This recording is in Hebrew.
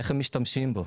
איך הם משתמשים בו?